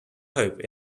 hope